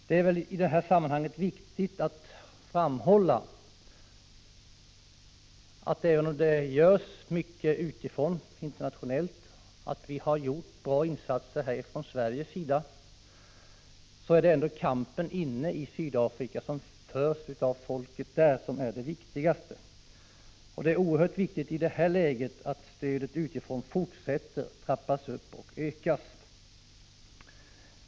Det är väl i det här sammanhanget viktigt att framhålla att även om det görs mycket internationellt och vi har gjort bra insatser från Sveriges sida, är det ändå kampen inne i Sydafrika, som förs av folket där, som är det viktigaste. Det är oerhört viktigt i det här läget att stödet fortsätter och ökar.